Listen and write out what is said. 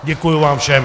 Děkuji vám všem.